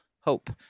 hope